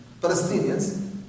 Palestinians